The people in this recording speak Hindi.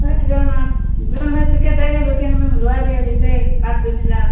अरे जौन आप जऊन होइ सके दइ देब लेकिन हमें मिलवाए दियाे जैसे आठ दस हजार